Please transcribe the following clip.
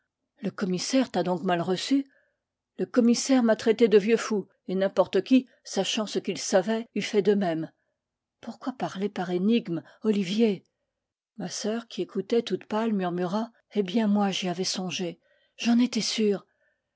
le commissaire t'a donc mal reçu le commissaire m'a traité de vieux fou et n'importe qui sachant ce qu'il savait eût fait de même pourquoi parler par énigmes olivier ma sœur qui écoutait toute pâle murmura eh bien moi j'y avais songé j'en étais sûre